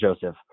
Joseph